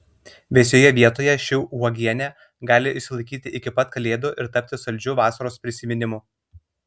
vėsioje vietoje ši uogienė gali išsilaikyti iki pat kalėdų ir tapti saldžiu vasaros prisiminimu